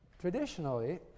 traditionally